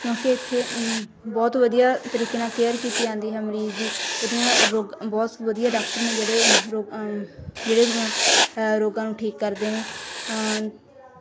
ਕਿਉਂਕਿ ਇੱਥੇ ਬਹੁਤ ਵਧੀਆ ਤਰੀਕੇ ਨਾਲ ਕੇਅਰ ਕੀਤੀ ਜਾਂਦੀ ਹੈ ਮਰੀਜ਼ ਦੀ ਉਹਦੀਆਂ ਰੋਗ ਬਹੁਤ ਵਧੀਆ ਡਾਕਟਰ ਨੇ ਜਿਹੜੇ ਰੋ ਜਿਹੜੇ ਰੋਗਾਂ ਨੂੰ ਠੀਕ ਕਰਦੇ ਨੇ